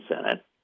Senate